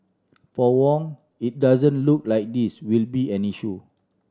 for Wong it doesn't look like this will be an issue